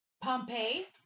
Pompeii